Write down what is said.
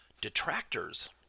Detractors